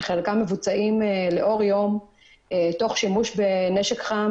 שחלקם מבוצעים לאור יום תוך שימוש בנשק חם